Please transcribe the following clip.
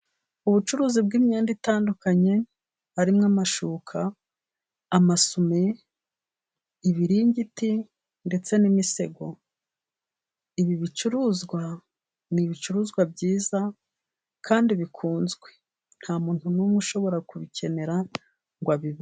Ubucuruzi bw'imyenda itandukanye harimo: amashuka, amasume, ibiringiti, ndetse n'imisego. Ibi bicuruzwa ni ibicuruzwa byiza kandi bikunzwe, nta muntu n'umwe ushobora kubikenera ngo abibure.